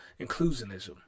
inclusionism